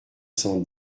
cent